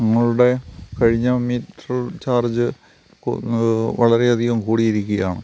ഞങ്ങളുടെ കഴിഞ്ഞ meter charge വളരെയധികം കൂടിയിരിക്കുകയാണ്